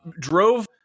drove